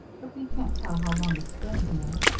but we can't tell how long it's been here.